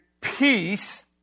peace